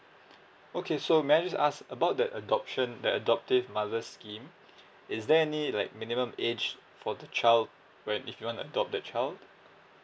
okay so may I just ask about the adoption that adoptive mother scheme is there any like minimum age for the child when if we wanna adopt the child